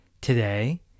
Today